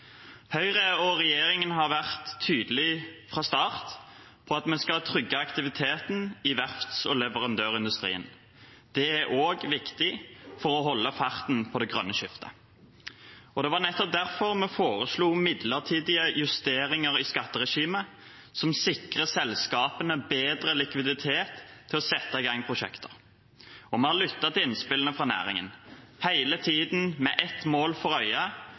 Høyre og regjeringen har vært tydelig fra start på at vi skal trygge aktiviteten i verfts- og leverandørindustrien. Det er også viktig for å holde farten på det grønne skiftet. Det var nettopp derfor vi foreslo midlertidige justeringer i skatteregimet som sikrer selskapene bedre likviditet til å sette i gang prosjekter. Vi har lyttet til innspillene fra næringen, hele tiden med ett mål for